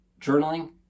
Journaling